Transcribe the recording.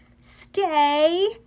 Stay